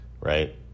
Right